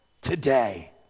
today